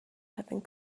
having